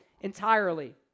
entirely